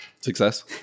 Success